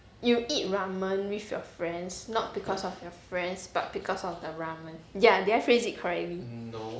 you eat ramen with your friends not because of your friends but because of the ramen ya did I phrase it correctly